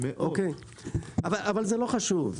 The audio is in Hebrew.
אבל זה לא חשוב,